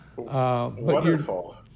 Wonderful